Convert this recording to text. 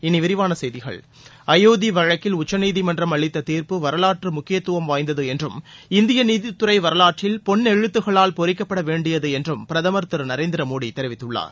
இனி விரிவான செய்திகள் அயோத்தி வழக்கில் உச்சநீதிமன்றம் அளித்த தீர்ப்பு வரலாற்று முக்கியத்துவம் வாய்ந்தது என்றும் இந்திய நீதித்துறை வரலாற்றில் பொன்னெழுத்துகளால் பொறிக்கப்பட வேண்டியது என்றும் பிரதமா் திரு நரேந்திரமோடி தெரிவித்துள்ளார்